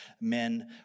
men